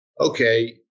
okay